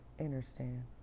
understand